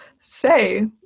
say